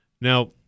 Now